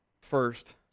first